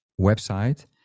website